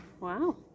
Wow